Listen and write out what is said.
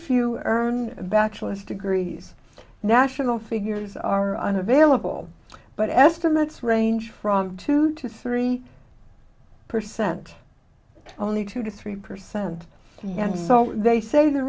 few earned a bachelor's degrees national figures are unavailable but estimates range from two to three percent only two to three percent yes so they say the